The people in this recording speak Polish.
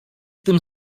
tym